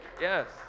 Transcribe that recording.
Yes